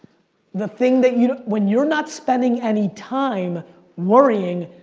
the thing that you, when you're not spending any time worrying,